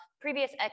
previous